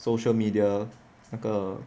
social media 那个